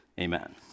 Amen